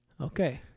Okay